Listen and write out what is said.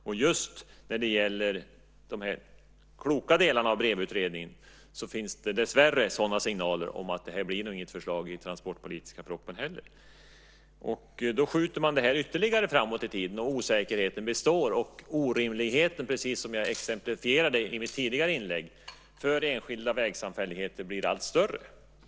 Det finns dessvärre signaler om att det inte blir något förslag i den transportpolitiska propositionen heller när det gäller de kloka delarna i Brevutredningen. Då skjuter man det här ytterligare framåt i tiden, och osäkerheten består och orimligheten, precis som jag exemplifierade i mitt tidigare inlägg, för enskilda vägsamfälligheter blir allt större.